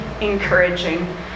encouraging